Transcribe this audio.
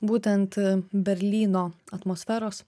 būtent berlyno atmosferos